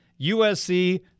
USC